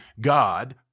God